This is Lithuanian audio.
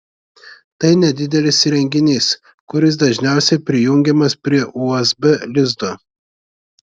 tai nedidelis įrenginys kuris dažniausiai prijungiamas prie usb lizdo